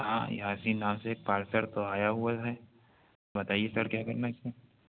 ہاں یاسین نام سے ایک پارسر تو آیا ہُوا ہے بتائیے سر کیا کرنا ہے اِس میں